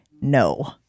No